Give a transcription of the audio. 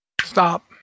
Stop